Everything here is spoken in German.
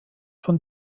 von